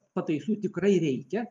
pataisų tikrai reikia